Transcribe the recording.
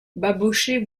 babochet